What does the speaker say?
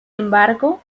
embargo